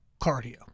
Cardio